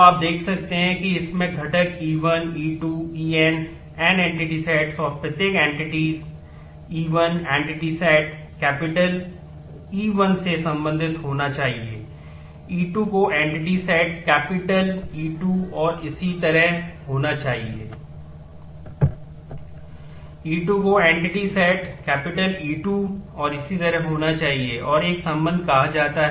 तो आप देख सकते हैं कि इसमें घटक e1 e2 en n entity sets संबंध देखा है